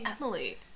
Emily